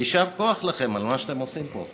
יישר כוח לכם על מה שאתם עושים פה.